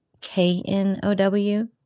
K-N-O-W